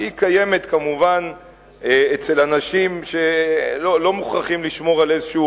שקיימת כמובן אצל אנשים שלא מוכרחים לשמור על איזה,